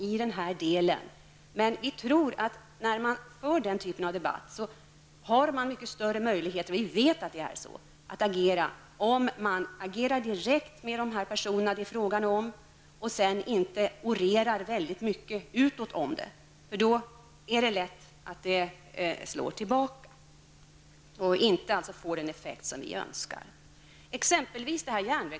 Men när man för den här typen av debatt vet vi att man har mycket större möjligheter att agera om man gör det direkt med de personer det är fråga om och sedan inte orerar så mycket utåt om detta. Då slår det lätt tillbaka och får inte den effekt som vi önskar.